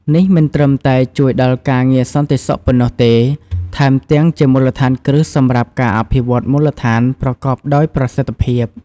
នេះមិនត្រឹមតែជួយដល់ការងារសន្តិសុខប៉ុណ្ណោះទេ ថែមទាំងជាមូលដ្ឋានគ្រឹះសម្រាប់ការអភិវឌ្ឍមូលដ្ឋានប្រកបដោយប្រសិទ្ធភាព។